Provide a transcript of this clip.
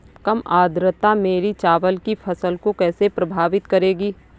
कम आर्द्रता मेरी चावल की फसल को कैसे प्रभावित करेगी?